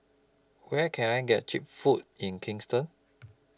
Where Can I get Cheap Food in Kingston